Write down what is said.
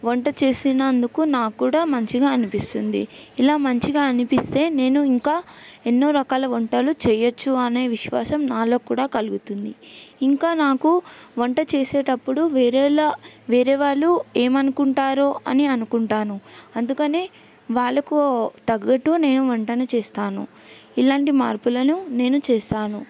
వంట చేసినందుకు నాకు కూడా మంచిగా అనిపిస్తుంది ఇలా మంచిగా అనిపిస్తే నేను ఇంకా ఎన్నో రకాల వంటలు చెయ్యొచ్చు అనే విశ్వాసం నాలో కూడా కలుగుతుంది ఇంకా నాకు వంట చేసేటప్పుడు వేరేలా వేరే వాళ్ళు ఏమనుకుంటారో అని అనుకుంటాను అందుకనే వాళ్ళకు తగ్గట్టు నేను వంటను చేస్తాను ఇలాంటి మార్పులను నేను చేస్తాను